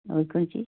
और कौन चीज़